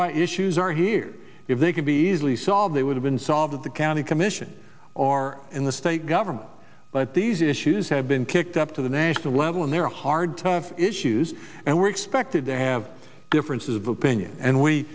why issues are here if they can be easily solved they would have been solved at the county commission or in the state government but these issues have been kicked up to the national level and they're hard tough issues and we're expected to have differences of opinion and we